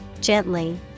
gently